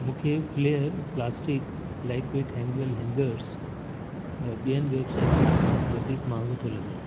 मूंखे flair plastic lightweight हेंगवेल hangers ॿियनि वेबसाइटुनि खां वधीक महांगो थो लॻे